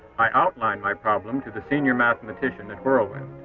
i outlined my problem to the senior mathematician at whirlwind.